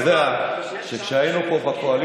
אתה יודע שכשהיינו פה בקואליציה